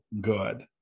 good